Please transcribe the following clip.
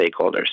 stakeholders